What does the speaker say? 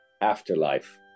afterlife